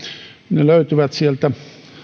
ne löytyvät sieltä